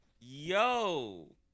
Yo